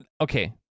Okay